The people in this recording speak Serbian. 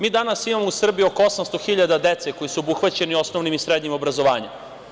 Mi danas imamo u Srbiji oko 800 hiljada dece koji su obuhvaćeni osnovnim i srednjim obrazovanjem.